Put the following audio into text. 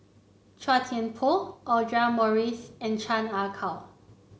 Chua Thian Poh Audra Morrice and Chan Ah Kow